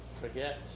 forget